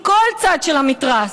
מכל צד של המתרס,